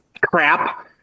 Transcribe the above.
crap